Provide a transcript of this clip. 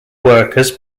workers